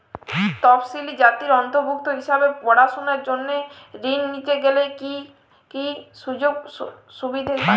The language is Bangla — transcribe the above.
তফসিলি জাতির অন্তর্ভুক্ত হিসাবে পড়াশুনার জন্য ঋণ নিতে গেলে কী কী সুযোগ সুবিধে পাব?